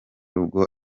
rugo